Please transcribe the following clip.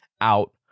out